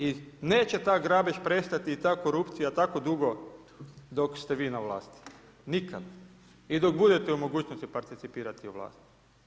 I neće ta grabež prestati i ta korupcija tako dugo dok ste vi na vlasti, nikad i dok budete u mogućnosti participirati u vlasti.